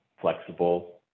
flexible